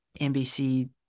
nbc